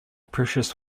precious